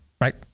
right